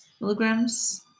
milligrams